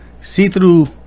see-through